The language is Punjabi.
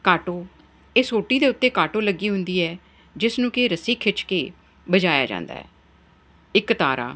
ਕਾਟੋ ਇਹ ਸੋਟੀ ਦੇ ਉੱਤੇ ਕਾਟੋ ਲੱਗੀ ਹੁੰਦੀ ਹੈ ਜਿਸ ਨੂੰ ਕਿ ਰੱਸੀ ਖਿੱਚ ਕੇ ਵਜਾਇਆ ਜਾਂਦਾ ਹੈ ਇਕਤਾਰਾ